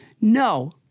No